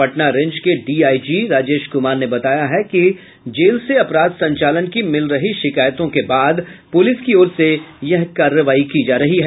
Patna range के DIG Rajesh Kumar ने बताया है कि जेल से अपराध संचालन की मिल रही शिकायतों के बाद पुलिस की ओर से यह कार्रवाई की जा रही है